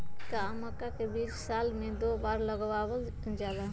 का मक्का के बीज साल में दो बार लगावल जला?